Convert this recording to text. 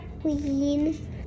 queen